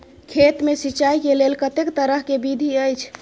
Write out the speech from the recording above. खेत मे सिंचाई के लेल कतेक तरह के विधी अछि?